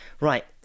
Right